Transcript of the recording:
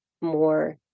more